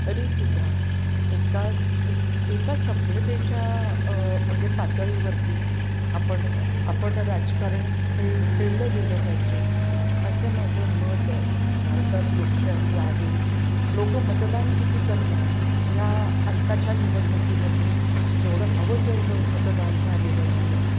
तरी सुद्धा एकाच एक एका सभ्यतेच्या म्हणजे पातळीवरती आपण आपण राजकारण खेळ खेळलं गेलं पाहिजे असं माझं मत आहे भारतात लोकशाही आहे लोक मतदान किती करतात ह्या आत्ताच्या निवडणुकीमध्ये जेवढं हवं तेवढं मतदान झालेलं नाही आहे